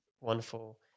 wonderful